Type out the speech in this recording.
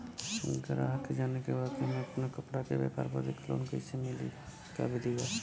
गराहक के जाने के बा कि हमे अपना कपड़ा के व्यापार बदे लोन कैसे मिली का विधि बा?